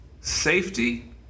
safety